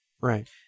right